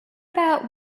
about